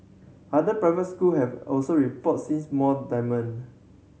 other private school have also reported seeings more demand